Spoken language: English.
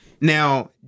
Now